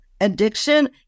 Addiction